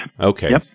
Okay